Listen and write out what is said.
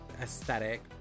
aesthetic